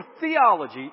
theology